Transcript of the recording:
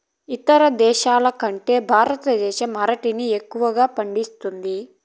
ఇతర దేశాల కంటే భారతదేశం అరటిని ఎక్కువగా పండిస్తుంది